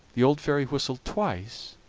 the old fairy whistled twice,